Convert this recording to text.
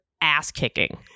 ass-kicking